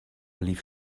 lief